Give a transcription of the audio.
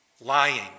lying